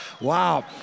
Wow